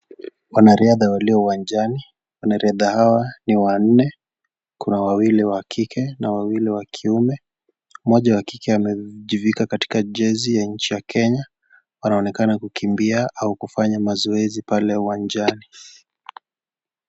Wanariadha walio uwajani, wanariadhaa hawa ni wanne kuna wawili wa kike na wawili wakiume mmoja wa kike amejifika katika jezi ya nchi ya Kenya ,wanaonekana kukimbia au kufanya mazoezi pale uwanjani.